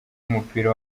w’umupira